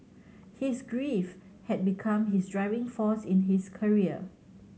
his grief had become his driving force in his career